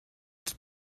its